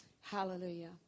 Hallelujah